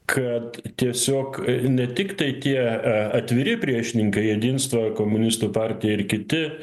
kad tiesiog ne tik tai tie atviri priešininkai jedinstva komunistų partija ir kiti